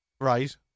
Right